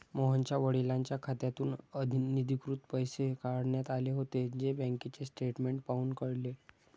मोहनच्या वडिलांच्या खात्यातून अनधिकृतपणे पैसे काढण्यात आले होते, जे बँकेचे स्टेटमेंट पाहून कळले